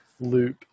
loop